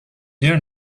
here